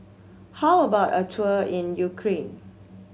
how about a tour in Ukraine